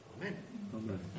Amen